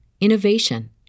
innovation